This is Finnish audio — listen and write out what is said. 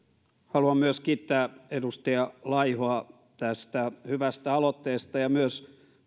haluan kiittää edustaja laihoa tästä hyvästä aloitteesta ja kiittää myös